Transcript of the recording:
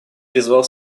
призвал